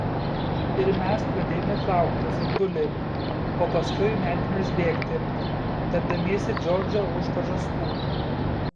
ir mes pradėjome trauktis atbuli o paskui metėmės bėgti tempdamiesi džordžą už pažastų